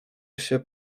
się